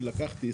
שלקחתי,